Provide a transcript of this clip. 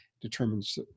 determines